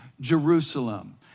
Jerusalem